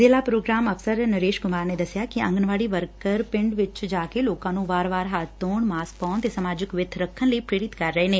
ਜ਼ਿਲ੍ਹਾ ਪ੍ਰੋਗਰਾਮ ਅਫਸਰ ਨਰੇਸ਼ ਕੁਮਾਰ ਨੇ ਦੱਸਿਆ ਕਿ ਆਂਗਣਵਾੜੀ ਵਰਕਰ ਪਿੰਡਾਂ ਵਿੱਚ ਜਾ ਕੇ ਲੋਕਾਂ ਨੂੰ ਵਾਰ ਹੱਬ ਧੋਣ ਮਾਸਕ ਪਾਉਣ ਅਤੇ ਸਮਾਜਿਕ ਵਿੱਬ ਰੱਖਣ ਲਈ ਪ੍ਰੇਰਿਤ ਕਰ ਰਹੇ ਨੇ